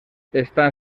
están